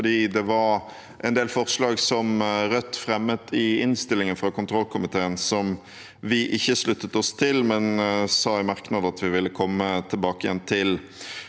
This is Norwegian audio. det var en del forslag som Rødt fremmet i innstillingen fra kontrollkomiteen som vi ikke sluttet oss til, men sa i merknadene at vi ville komme tilbake til,